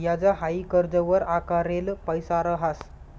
याज हाई कर्जवर आकारेल पैसा रहास